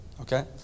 Okay